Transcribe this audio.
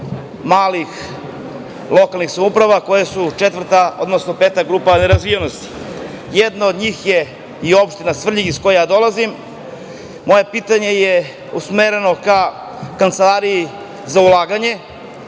malih lokalnih samouprava koje su četvrta, odnosno peta grupa nerazvijenosti. Jedna od njih je i Opština Svrljig, iz koje ja dolazim. Moje pitanje je usmereno ka Kancelariji za ulaganje,